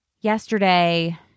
yesterday